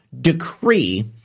decree